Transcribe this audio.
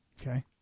Okay